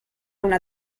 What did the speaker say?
una